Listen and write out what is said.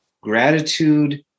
Gratitude